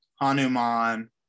Hanuman